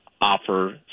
offer